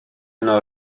yno